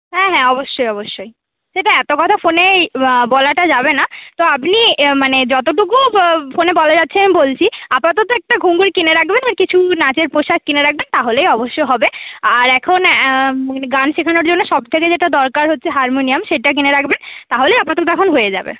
হ্যাঁ হ্যাঁ অবশ্যই অবশ্যই সেটা এত কথা ফোনে বলাটা যাবে না তো আপনি মানে যতটুকু ফোনে বলা যাচ্ছে আমি বলছি আপাতত একটা ঘুঙুর কিনে রাখবেন কিছু নাচের পোশাক কিনে রাখবেন তাহলে অবশ্য হবে আর এখন গান শেখানোর জন্য সবথেকে যেটা দরকার হচ্ছে হারমোনিয়াম সেটা কিনে রাখবেন তাহলে আপাতত এখন হয়ে যাবে